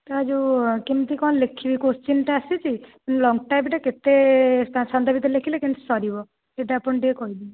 ତ ଯେଉଁ କେମିତି କଣ ଲେଖିବି କ୍ଵେଶ୍ଚିନ୍ଟା ଆସୁଛି ଲଙ୍ଗ ଟାଇପ୍ଟା କେତେଘଣ୍ଟା ଭିତରେ ଲେଖିଲେ ସରିବ ସେହିଟା ଆପଣ ଟିକେ କହିଦିଅନ୍ତୁ